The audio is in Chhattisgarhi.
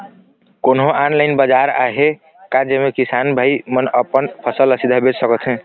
कोन्हो ऑनलाइन बाजार आहे का जेमे किसान भाई मन अपन फसल ला सीधा बेच सकथें?